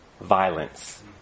violence